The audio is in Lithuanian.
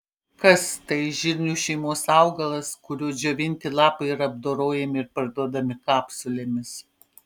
kas tai žirnių šeimos augalas kurio džiovinti lapai yra apdorojami ir parduodami kapsulėmis